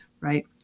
right